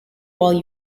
while